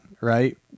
right